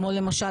כמו למשל,